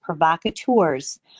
provocateurs